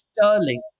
sterling